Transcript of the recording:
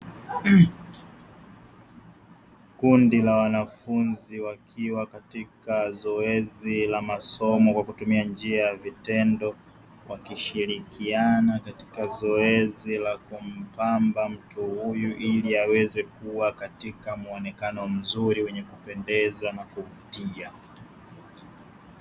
Kundi la wanafunzi wakiwa katika zoezi la masomo kwa kutumia njia ya vitendo. Wakishirikiana katika zoezi la kumpamba mtu huyu ili aweze kuwa katika muonekano mzuri wenye kupendeza na kuvutia.